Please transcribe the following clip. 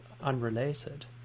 unrelated